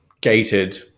gated